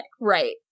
right